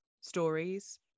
stories